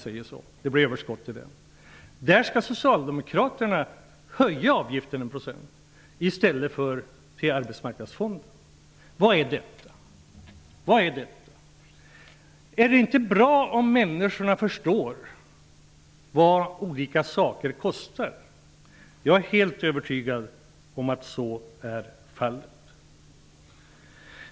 Där skall Socialdemokraterna höja avgiften 1 % i stället för att höja avgiften till Arbetsmarknadsfonden. Vad är detta? Är det inte bra om människorna förstår vad olika saker kostar? Jag är helt övertygad om att så är fallet.